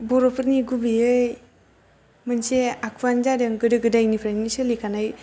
बर'फोरनि गुबैयै मोनसे आखुआनो जादों गोदो गोदायनिफ्रायनो सोलिखानाय